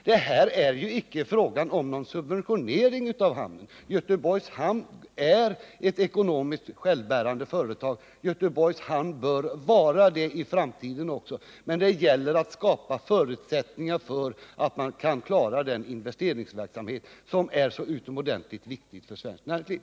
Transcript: Det är icke fråga om någon subventionering av hamnen. Göteborgs hamn är ett ekonomiskt självbärande företag och bör vara det i framtiden också. Men det gäller att skapa förutsättningar så att man kan klara den investeringsverksamhet som är så viktig för svenskt näringsliv.